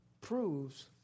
proves